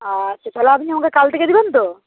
আচ্ছা তাহলে আপনি আমাকে কাল থেকে দেবেন তো